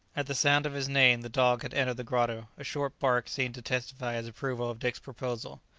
at the sound of his name the dog had entered the grotto. a short bark seemed to testify his approval of dick's proposal.